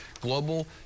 Global